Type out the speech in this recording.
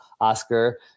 Oscar